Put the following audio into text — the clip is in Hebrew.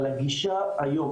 אבל הגישה היום,